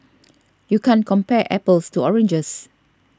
you can't compare apples to oranges